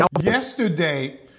yesterday